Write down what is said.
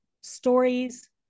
stories